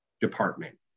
department